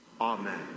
Amen